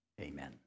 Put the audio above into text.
amen